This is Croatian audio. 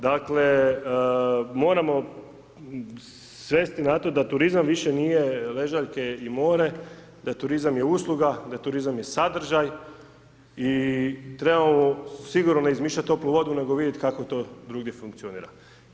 Dakle, moramo svesti na to da turizam više nije ležaljke i more, da turizam je usluga, da turizam je sadržaj i trebamo sigurno ne izmišljati toplu vodu, nego vidjeti kako to drugdje funkcionira.